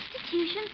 Institution